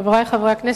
חברי חברי הכנסת,